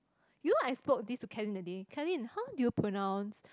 you know I spoke this to Katelyn that day Katelyn how do you pronounce